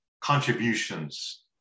contributions